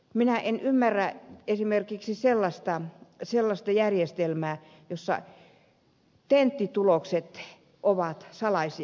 minä en ymmärrä esimerkiksi sellaista järjestelmää jossa tenttitulokset ovat salaisia